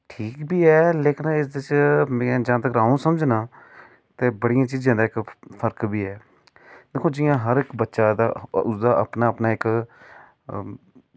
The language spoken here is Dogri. ठीक बी ऐ पर एह्दे च जिन्ना अं'ऊ समझना ते बड़ियें चीज़ें दा इक्क फर्क पेआ ऐ दिक्खो जि'यां हर बच्चे दा उसदा अपना अपना इक्क